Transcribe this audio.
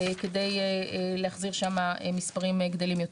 כדי להחזיר שם מספרים גדולים יותר.